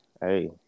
hey